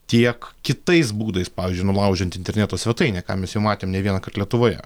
tiek kitais būdais pavyzdžiui nulaužiant interneto svetainę ką mes jau matėm ne vienąkart lietuvoje